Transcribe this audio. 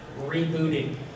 rebooting